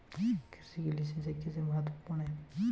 कृषि के लिए सिंचाई कैसे महत्वपूर्ण है?